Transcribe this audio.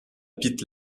pit